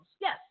Yes